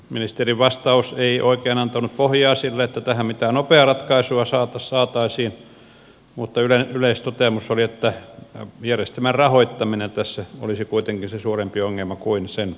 ministerin vastaus ei oikein antanut pohjaa sille että tähän mitään nopeaa ratkaisua saataisiin mutta yleistoteamus oli että järjestelmän rahoittaminen tässä olisi kuitenkin se suurempi ongelma kuin sen hallinta